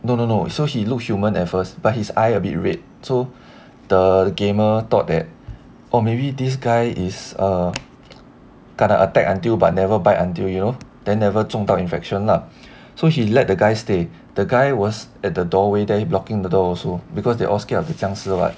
no no no so he look human at first but his eye a bit red so the gamer thought that oh maybe this guy is err kena attack until but never bite until you know they never 中到 infection lah so he let the guy stay the guy was at the doorway there he blocking the door also because they all scared of 僵尸 [what]